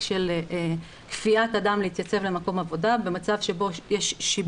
של כפיית אדם להתייצב למקום עבודה במצב שבו יש שיבוש.